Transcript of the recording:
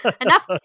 enough